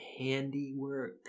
handiwork